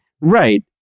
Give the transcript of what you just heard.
Right